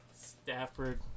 Stafford